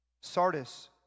Sardis